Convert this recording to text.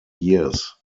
years